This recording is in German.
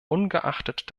ungeachtet